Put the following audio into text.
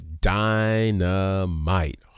dynamite